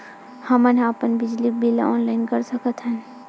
हमन अपन बिजली बिल ऑनलाइन कर सकत हन?